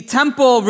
temple